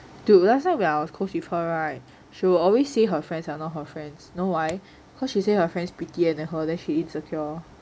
dude last time when I was close with her [right] she will always say her friends are not her friends know why cause she say her friends prettier than her then she insecure